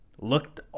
looked